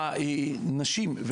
הנשים,